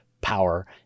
power